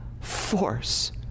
force